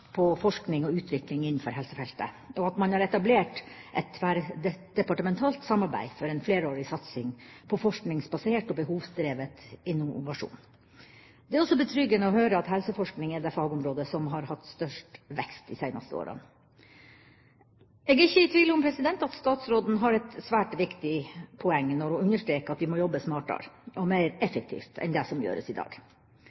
på forskning og utvikling innenfor helsefeltet, og at man har etablert et tverrdepartementalt samarbeid for en flerårig satsing på forskningsbasert og behovsdrevet innovasjon. Det er også betryggende å høre at helseforskning er det fagområdet som har hatt størst vekst de seineste årene. Jeg er ikke i tvil om at statsråden har et svært viktig poeng når hun understreker at vi må jobbe smartere og mer